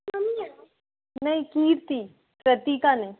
नहीं कीर्ति क्रातिका नहीं